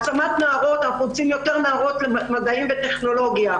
העצמת נערות אנחנו רוצים יותר נערות במדעים וטכנולוגיה,